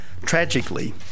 Tragically